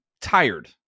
tired